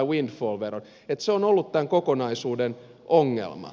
se on ollut tämän kokonaisuuden ongelma